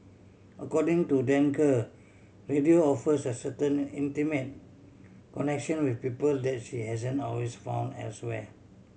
according to Danker radio offers a certain intimate connection with people that she hasn't always found elsewhere